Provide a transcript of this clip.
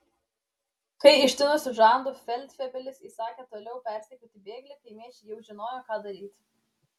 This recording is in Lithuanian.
kai ištinusiu žandu feldfebelis įsakė toliau persekioti bėglį kaimiečiai jau žinojo ką daryti